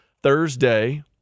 Thursday